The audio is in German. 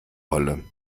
holle